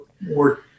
more